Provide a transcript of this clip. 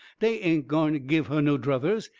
dey ain't gwine give her no druthers.